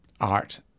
art